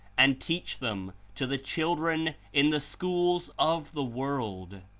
and teach them to the children in the schools of the world,